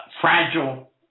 fragile